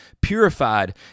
purified